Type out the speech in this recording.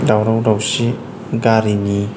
दावराव दावसि गारिनि